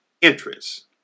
interest